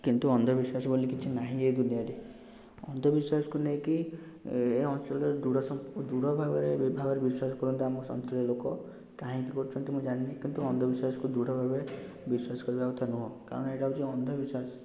କିନ୍ତୁ ଅନ୍ଧବିଶ୍ୱାସ ବୋଲି କିଛି ନାହିଁ ଏ ଦୁନିଆରେ ଅନ୍ଧବିଶ୍ୱାସକୁ ନେଇକି ଏ ଅଞ୍ଚଳରେ ଦୃଢ ଭାବରେ ବିଭାଗରେ ବିଶ୍ୱାସ କରନ୍ତି ଆମ ଲୋକ କାହିଁକି କରୁଛନ୍ତି ମୁଁ ଜାଣିନି କିନ୍ତୁ ଅନ୍ଧବିଶ୍ୱାସକୁ ଦୃଢ ଭାବ ବିଶ୍ୱାସ କରିବା କଥା ନୁହଁ କାରଣ ଏଇଟା ହେଉଛି ଅନ୍ଧବିଶ୍ୱାସ